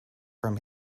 from